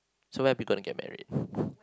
so where are we going to get married